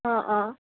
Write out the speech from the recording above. অঁ অঁ